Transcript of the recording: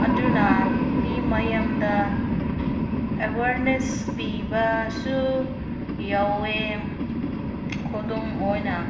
ꯑꯗꯨꯅ ꯃꯤ ꯃꯌꯥꯝꯗ ꯑꯦꯋꯥꯔꯅꯦꯁ ꯄꯤꯕꯁꯨ ꯌꯥꯎꯋꯦ ꯈꯨꯗꯝ ꯑꯣꯏꯅ